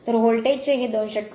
तर व्होल्टचे हे 288